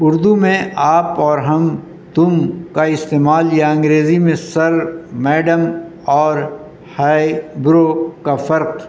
اردو میں آپ اور ہم تم کا استعمال یا انگریزی میں سر میڈم اور ہائی برو کا فرق